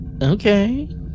Okay